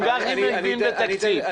גם גפני מבין בתקציב,